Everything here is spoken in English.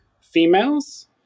females